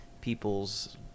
people's